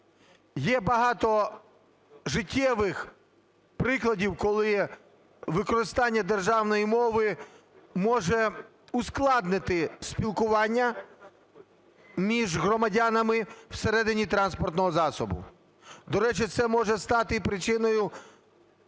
Є багато життєвих прикладів, коли використання державної мови може ускладнити спілкування між громадянами всередині транспортного засобу. До речі, це може стати і причиною